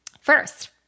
First